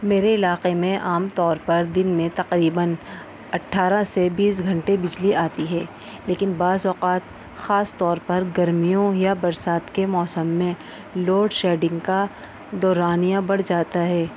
میرے علاقے میں عام طور پر دن میں تقریباً اٹھارہ سے بیس گھنٹے بجلی آتی ہے لیکن بعض اوقات خاص طور پر گرمیوں یا برسات کے موسم میں لوڈ شیڈنگ کا دورانیہ بڑھ جاتا ہے